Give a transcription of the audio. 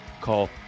Call